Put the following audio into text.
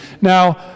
Now